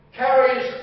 carries